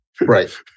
Right